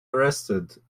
arrested